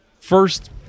first